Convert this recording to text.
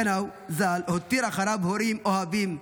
קנאו ז"ל הותיר אחריו הורים אוהבים,